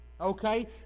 okay